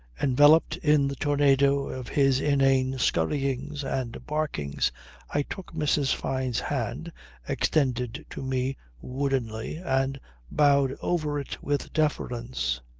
enveloped in the tornado of his inane scurryings and barkings i took mrs. fyne's hand extended to me woodenly and bowed over it with deference.